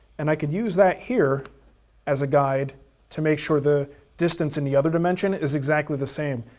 and i can use that here as a guide to make sure the distance in the other dimension is exactly the same,